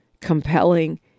compelling